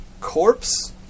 corpse